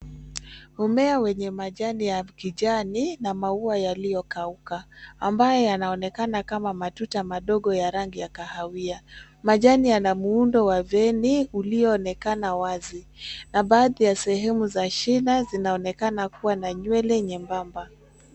Mmea wenye majani ya kijani na maua yaliyokauka. Ambayo yanaonekana kama matuta madogo ya rangi ya kahawia. Majani yana muundo wa veni uliionekana wazi na baadhi ya sehemu za shina zinaonekana kuwa na nywele nyembamba.